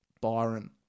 Byron